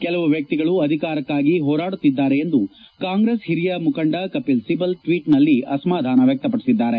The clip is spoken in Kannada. ಕೆಲವು ವ್ಯಕ್ತಿಗಳು ಅಧಿಕಾರಕ್ಕಾಗಿ ಹೋರಾಡುತ್ತಿದ್ದಾರೆ ಎಂದು ಕಾಂಗ್ರೆಸ್ ಹಿರಿಯ ಮುಖಂಡ ಕಪಿಲ್ ಸಿಬಲ್ ಟ್ವೀಟ್ನಲ್ಲಿ ಅಸಮಾಧಾನ ವ್ಯಕ್ತ ಪಡಿಸಿದ್ದಾರೆ